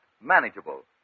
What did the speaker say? manageable